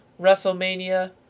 WrestleMania